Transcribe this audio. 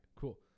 Cool